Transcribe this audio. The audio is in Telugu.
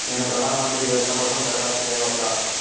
నేను ప్రధాన మంత్రి యోజన కోసం దరఖాస్తు చేయవచ్చా?